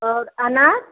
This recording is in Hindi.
और अनार